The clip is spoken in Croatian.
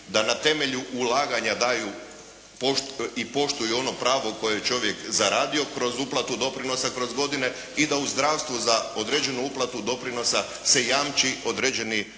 da na temelju ulaganja daju i poštuju ono pravo koje je čovjek zaradio kroz uplatu doprinosa kroz godine i da u zdravstvu za određenu uplatu doprinosa se jamči određeni